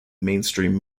mainstream